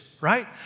right